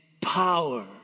power